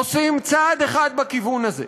עושים צעד אחד בכיוון הזה,